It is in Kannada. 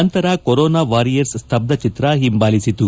ನಂತರ ಕೊರೊನಾ ವಾರಿಯರ್ಸ್ ಸ್ತಬ್ಬಚಿತ್ರ ಹಿಂಬಾಲಿಸಿತು